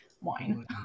wine